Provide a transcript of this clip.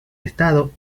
estado